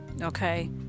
okay